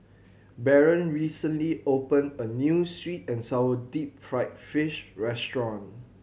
Barron recently opened a new sweet and sour deep fried fish restaurant